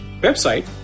website